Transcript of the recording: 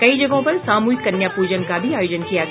कई जगहों पर सामूहिक कन्या प्रजन का भी आयोजन किया गया